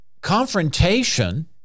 confrontation